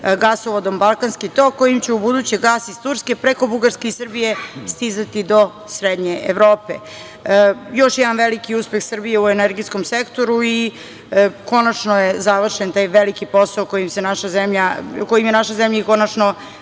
gasovodom „Balkanski tok“, kojim će ubuduće gas iz Turske preko Bugarske i Srbije stizati do srednje Evrope. Još jedan veliki uspeh Srbije u energetskom sektoru i konačno je završen taj veliki posao kojim je naša zemlja i konačno